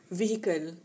vehicle